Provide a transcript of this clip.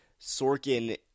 Sorkin